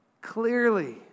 clearly